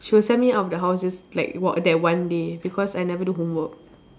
she will send me out of the house just like w~ that one day because I never do homework